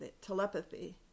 telepathy